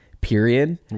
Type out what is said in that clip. period